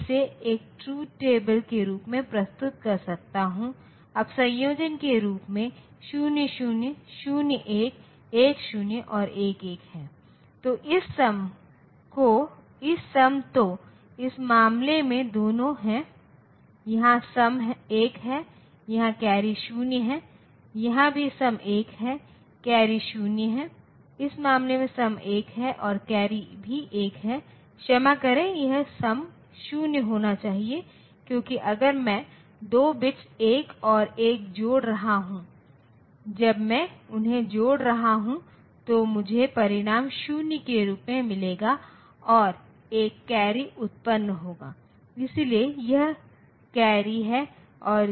अब 2's complement रिप्रजेंटेशनके लिए इस 1111 के साथ मैं इस 1111 के साथ एक जोड़ूंगा तब जब मैं यह जोड़ दूंगा तो ये सभी बिट्स 0 हो जाएंगे और कैर्री 1 के साथ इसलिए यदि हम इस कैर्री को छोड़ देते हैं इसके बाद यह 0 हो जाता है हालांकि प्लस 0 और माइनस 0 दोनों का प्रतिनिधित्व उसी संख्या द्वारा किया जाता है जो संख्या प्रणाली में सभी 0 है